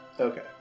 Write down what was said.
Okay